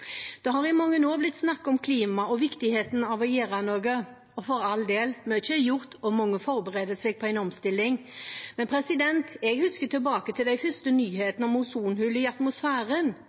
Det har i mange år blitt snakket om klima og viktigheten av å gjøre noe. Og for all del – mye er gjort, og mange forbereder seg på en omstilling. Jeg husker tilbake til de første nyhetene om ozonhull i atmosfæren.